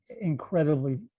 incredibly